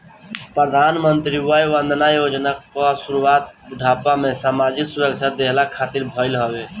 प्रधानमंत्री वय वंदना योजना कअ शुरुआत बुढ़ापा में सामाजिक सुरक्षा देहला खातिर भईल हवे